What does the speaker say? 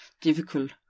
difficult